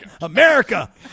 America